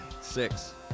Six